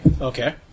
Okay